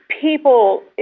people